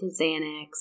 Xanax